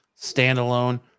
standalone